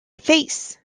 face